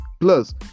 plus